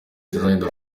tuzagenda